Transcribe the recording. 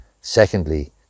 secondly